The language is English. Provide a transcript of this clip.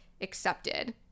accepted